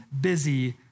busy